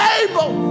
able